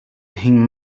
him